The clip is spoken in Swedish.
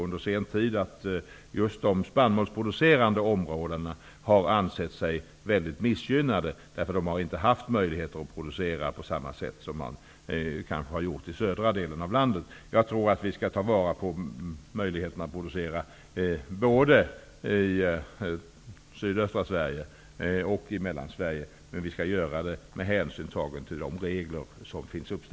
Under senare tid har just de spannmålsproducerande områdena ansett sig väldigt missgynnade, därför att de inte har haft samma möjlighet att producera på samma sätt som man kanske har gjort i de södra delarna av landet. Jag tror att vi skall ta vara på möjligheterna att producera både i sydöstra Sverige och i Mellansverige, men vi skall göra det med hänsyn tagen till de regler som finns.